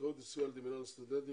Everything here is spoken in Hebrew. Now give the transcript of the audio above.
הזכאות לסיוע על ידי מינהל הסטודנטים